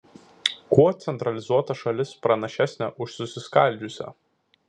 kuo centralizuota šalis pranašesnė už susiskaldžiusią